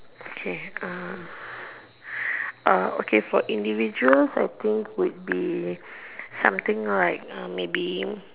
okay uh uh okay for individuals I think would be something like uh maybe